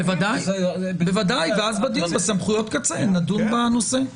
בוודאי, ואז בדיון על סמכויות קצה נדון בנושא.